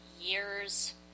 years